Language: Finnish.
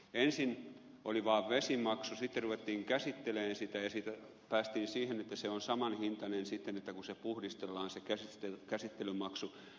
ensin oli vaan vesimaksu sitten ruvettiin käsittelemään vettä ja siitä päästiin siihen että se käsittelymaksu on saman hintainen kun se vesi puhdistellaan